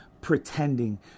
pretending